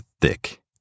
thick